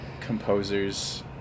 composers